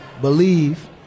believe